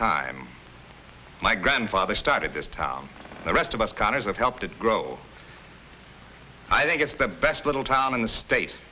time my grandfather started this town the rest of us connor's of help to grow i think it's the best little town in the state